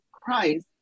price